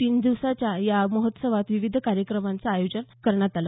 तीन दिवसांच्या या महोत्सवात विविध कार्यक्रम करण्यात आलं